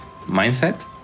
mindset